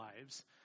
lives